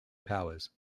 powers